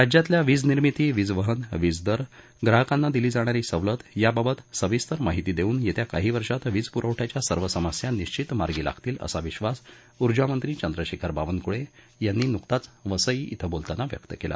राज्यातल्या वीज निर्मिती वीज वहन वीज दर ग्राहकांना दिली जाणारी सवलत याबाबत सविस्तर माहिती देऊन येत्या काही वर्षात वीज पुरवठ्याच्या सर्व समस्या निश्चित मार्गी लागतील असा विश्वास ऊर्जा मंत्री चंद्रशेखर बावनक्ळे यांनी न्कताच वसई इथं बोलतांना व्यक्त केला